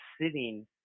sitting